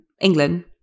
England